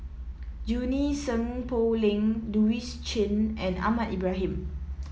Junie Sng Poh Leng Louis Chen and Ahmad Ibrahim